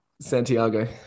Santiago